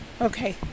Okay